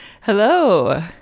hello